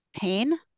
pain